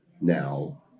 now